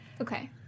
Okay